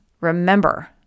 remember